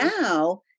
now